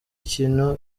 kintu